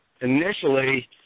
initially